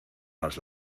las